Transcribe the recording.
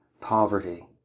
poverty